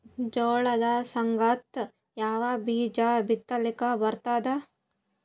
ಜೋಳದ ಸಂಗಾಟ ಯಾವ ಬೀಜಾ ಬಿತಲಿಕ್ಕ ಬರ್ತಾದ?